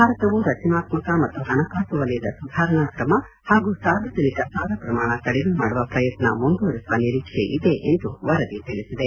ಭಾರತವು ರಚನಾತ್ಪಕ ಮತ್ತು ಹಣಕಾಸು ವಲಯದ ಸುಧಾರಣಾ ಕ್ರಮ ಹಾಗೂ ಸಾರ್ವಜನಿಕ ಸಾಲ ಪ್ರಮಾಣ ಕಡಿಮೆ ಮಾಡುವ ಪ್ರಯತ್ನ ಮುಂದುವರೆಸುವ ನಿರೀಕ್ಷೆ ಇದೆ ಎಂದು ವರದಿ ತಿಳಿಸಿದೆ